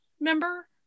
member